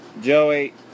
Joey